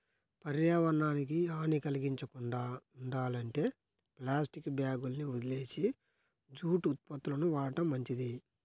పర్యావరణానికి హాని కల్గించకుండా ఉండాలంటే ప్లాస్టిక్ బ్యాగులని వదిలేసి జూటు ఉత్పత్తులను వాడటం మంచిది